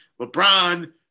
LeBron